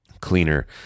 cleaner